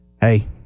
hey